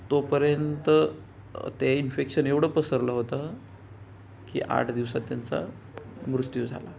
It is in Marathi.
तोपर्यंत ते इन्फेक्शन एवढं पसरलं होतं की आठ दिवसात त्यांचा मृत्यू झाला